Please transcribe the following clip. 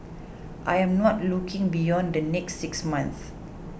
I am not looking beyond the next six months